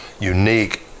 unique